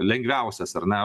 lengviausias ar ne